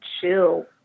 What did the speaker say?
chill